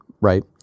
Right